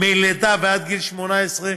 ילדים מלידה עד גיל 18,